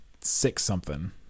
six-something